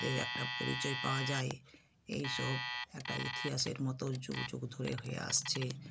তাদের একটা পরিচয় পাওয়া যায় এইসব একটা ইতিহাসের মতো যুগ যুগ ধরে হয়ে আসছে